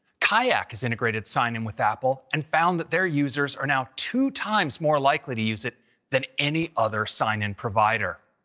kayak has integrated sign in with apple and found that their users are now two times more likely to use it than any other sign-in provider.